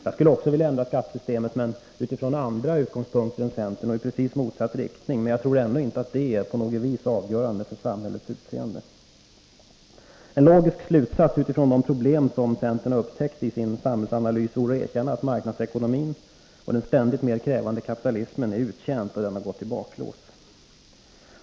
Jag skulle också vilja ändra skattesystemet, men utifrån andra utgångspunkter än centern och i precis motsatt riktning. Men jag tror ändå inte att det på något vis är avgörande för samhällets utseende. En logisk slutsats utifrån de problem som centern har upptäckt i sin Nr 20 samhällsanalys vore att erkänna att marknadsekonomin och den ständigt mer Onsdagen den krävande kapitalismen är uttjänt och har gått i baklås.